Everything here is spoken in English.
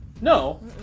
No